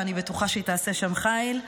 ואני בטוחה שהיא תעשה שם חיל,